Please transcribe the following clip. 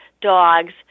dogs